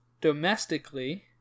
domestically